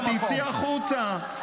אבל תצאי החוצה.